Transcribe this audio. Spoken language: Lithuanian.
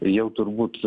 jau turbūt